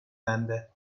bende